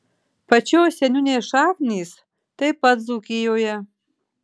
pačios seniūnės šaknys taip pat dzūkijoje